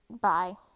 bye